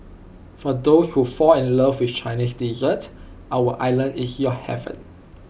for those who fall in love with Chinese dessert our island is your heaven